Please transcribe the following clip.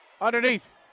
Underneath